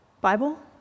Bible